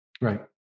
Right